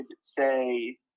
say